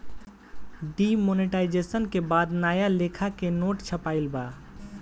demonetisation के बाद नया लेखा के नोट छपाईल बा